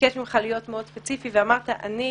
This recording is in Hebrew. שביקש ממך להיות מאוד ספציפי אמרת: אני